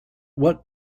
what